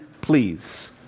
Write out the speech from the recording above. please